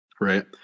Right